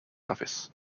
office